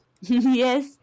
Yes